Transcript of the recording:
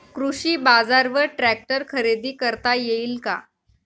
कृषी बाजारवर ट्रॅक्टर खरेदी करता येईल का?